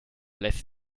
lässt